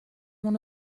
اونو